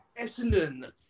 Essendon